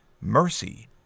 mercy